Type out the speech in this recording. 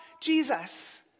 Jesus